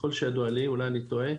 אולי אני טועה,